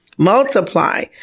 multiply